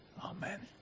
Amen